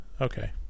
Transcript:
okay